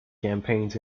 campaigns